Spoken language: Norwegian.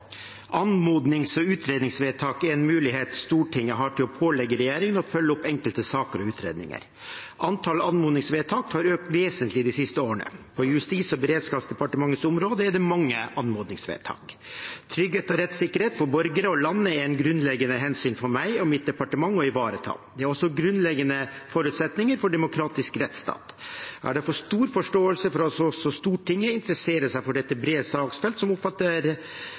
Anmodnings- og utredningsvedtak er en mulighet Stortinget har til å pålegge regjeringen å følge opp enkelte saker og utredninger. Antall anmodningsvedtak har økt vesentlig de siste årene, og på Justis- og beredskapsdepartementets område er det mange anmodningsvedtak. Trygghet og rettssikkerhet for borgere og land er et grunnleggende hensyn for meg og mitt departement å ivareta. Det er også grunnleggende forutsetninger for en demokratisk rettsstat. Jeg har derfor stor forståelse for at Stortinget interesserer seg for det brede saksfeltet som